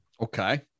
Okay